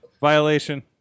Violation